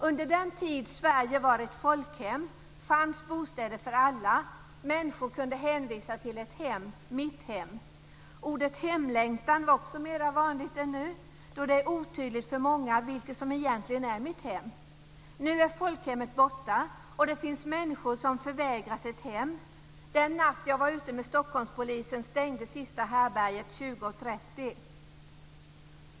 Under den tid då Sverige var ett folkhem fanns bostäder för alla. Människor kunde hänvisa till ett hem - mitt hem. Ordet hemlängtan var också vanligare än nu, då det är otydligt för många vilket som egentligen är mitt hem. Nu är folkhemmet borta, och det finns människor som förvägras ett hem. Den natt jag var ute med Stockholmspolisen stängde sista härbärget kl. 20.30.